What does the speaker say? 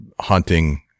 hunting